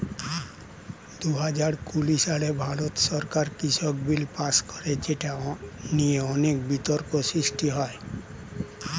দুহাজার কুড়ি সালে ভারত সরকার কৃষক বিল পাস করে যেটা নিয়ে অনেক বিতর্ক সৃষ্টি হয়